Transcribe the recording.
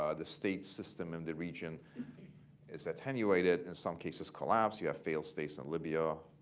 ah the state system in the region is attenuated, in some cases collapsed. you have failed states in libya,